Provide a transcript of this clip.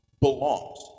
belongs